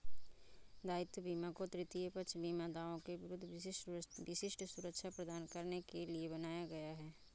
दायित्व बीमा को तृतीय पक्ष बीमा दावों के विरुद्ध विशिष्ट सुरक्षा प्रदान करने के लिए बनाया गया है